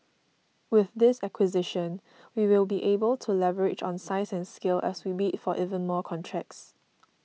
with this acquisition we will be able to leverage on size and scale as we bid for even more contracts